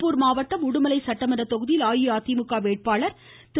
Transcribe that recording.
திருப்பூர் மாவட்டம் உடுமலை சட்டமன்ற தொகுதியில் அஇஅதிமுக வேட்பாளர் திரு